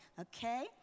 Okay